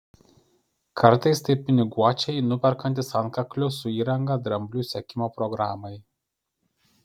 kartais tai piniguočiai nuperkantys antkaklių su įranga dramblių sekimo programai